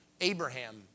Abraham